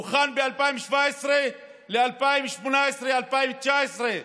הוכן ב-2017 ל-2018 2019,